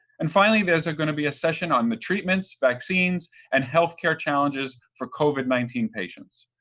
and finally there's are going to be a session on the treatments, vaccines and health care challenges for covid nineteen patients.